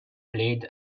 played